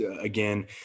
again